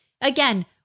again